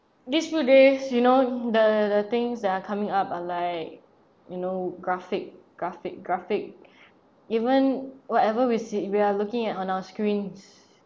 this few days you know the the things that are coming up are like you know graphic graphic graphic even whatever we see if we are looking at on our screens